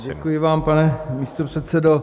Děkuji vám, pane místopředsedo.